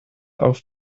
auf